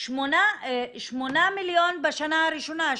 8 מיליון בשנה הראשונה,